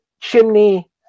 chimney